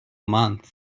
month